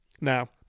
Now